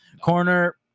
corner